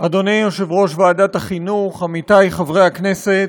אדוני יושב-ראש ועדת החינוך, עמיתי חברי הכנסת,